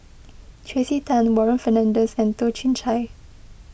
Tracey Tan Warren Fernandez and Toh Chin Chye